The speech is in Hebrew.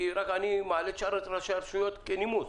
אני מעלה את שאר הרשויות מתוך נימוס.